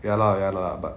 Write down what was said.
ya lah ya lah but